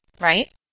right